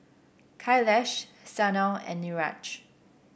Kailash Sanal and Niraj